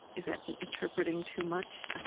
is that interpreting too much?